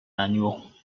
manual